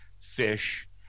fish